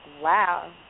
wow